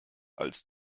als